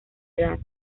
edad